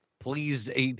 Please